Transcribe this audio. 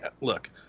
Look